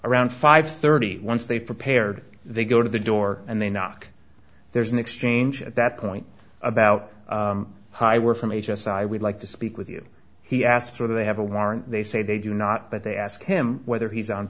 around five thirty once they've prepared they go to the door and they knock there's an exchange at that point about hi we're from h s i would like to speak with you he asked for they have a warrant they say they do not but they ask him whether he's on